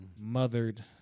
mothered